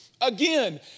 Again